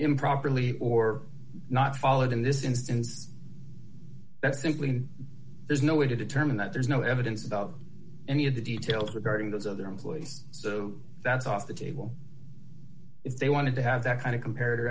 improperly or not followed in this instance that's simply there's no way to determine that there's no evidence about any of the details regarding those other employees so that's off the table if they wanted to have that kind of comparative